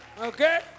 Okay